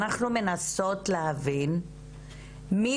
אנחנו מנסות להבין מי